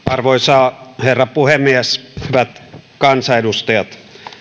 arvoisa herra puhemies hyvät kansanedustajat